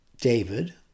David